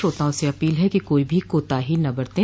श्रोताओं से अपील है कि कोई भी कोताही न बरतें